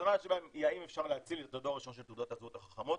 הראשונה היא האם אפשר להציל את הדור הראשון של תעודות הזהות החכמות,